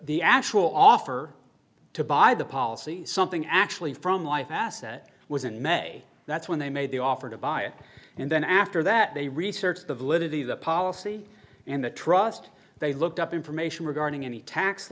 the actual offer to buy the policy something actually from life asset was in may that's when they made the offer to buy it and then after that they researched the validity of the policy and the trust they looked up information regarding any tax